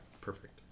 perfect